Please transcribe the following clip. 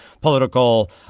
political